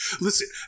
listen